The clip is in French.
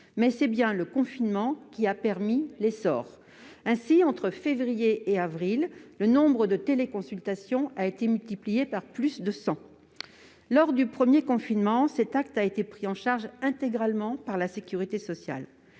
c'est bien le confinement qui en a permis l'essor. Ainsi, entre février et avril, le nombre de téléconsultations a été multiplié par plus de cent. Lors du premier confinement, ces actes ont été pris en charge intégralement par la sécurité sociale.